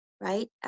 right